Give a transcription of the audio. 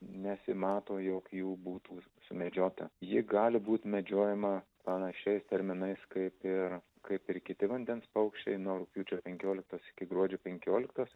nesimato jog jų būtų sumedžiota ji gali būt medžiojama panašiais terminais kaip ir kaip ir kiti vandens paukščiai nuo rugpjūčio penkioliktos iki gruodžio penkioliktos